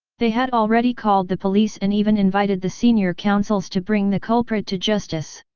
they had already called the police and even invited the senior counsels to bring the culprit to justice.